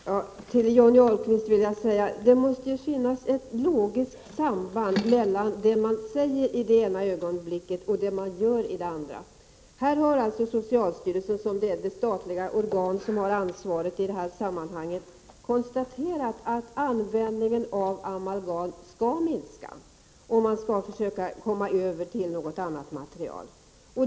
Herr talman! Jag vill till Johnny Ahlqvist säga att det måste finnas ett logiskt samband mellan det man säger i det ena ögonblicket och det man gör i det andra. Socialstyrelsen, som är det statliga organ som i det här sammanhanget har ansvaret, har konstaterat att användningen av amalgam bör minska och att man skall försöka övergå till något annat material.